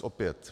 Opět.